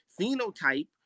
phenotype